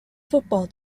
football